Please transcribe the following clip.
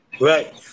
right